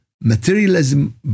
materialism